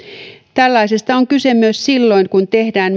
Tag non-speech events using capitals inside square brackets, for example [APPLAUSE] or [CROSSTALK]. tällaisesta on kyse myös silloin kun tehdään [UNINTELLIGIBLE]